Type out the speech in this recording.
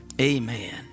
amen